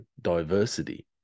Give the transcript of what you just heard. diversity